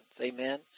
Amen